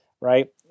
right